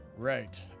Right